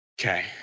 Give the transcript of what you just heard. Okay